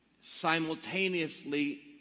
Simultaneously